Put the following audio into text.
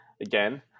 again